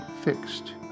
fixed